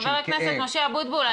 חבר הכנסת אבוטבול,